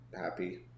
happy